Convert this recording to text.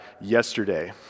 yesterday